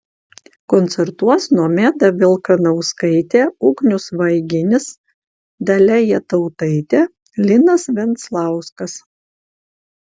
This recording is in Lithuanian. koncertuos nomeda vilkanauskaitė ugnius vaiginis dalia jatautaitė linas venclauskas